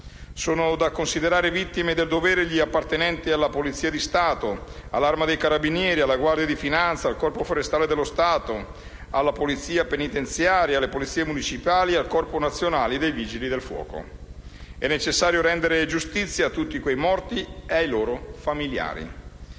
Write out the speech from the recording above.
Sono da considerare vittime del dovere gli appartenenti alla Polizia di Stato, all'Arma dei carabinieri, alla Guardia di finanza, al Corpo forestale dello Stato, alla Polizia penitenziaria, alle Polizie municipali e al Corpo nazionale del vigili del fuoco. È necessario rendere giustizia a tutti quei morti e ai loro famigliari.